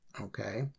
okay